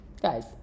guys